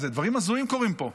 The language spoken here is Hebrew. דברים הזויים קורים פה.